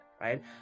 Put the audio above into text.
right